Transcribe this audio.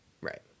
right